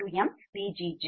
dPLossdPgi2j1mPgjBij